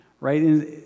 Right